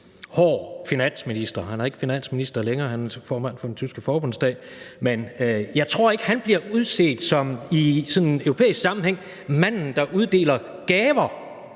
hård finansminister. Han er ikke finansminister længere, men er formand for Den Tyske Forbundsdag. Men jeg tror ikke, han sådan i europæisk sammenhæng bliver udset som manden, der uddeler gaver,